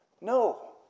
No